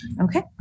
Okay